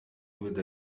with